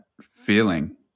feeling